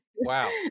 wow